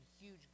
huge